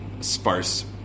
sparse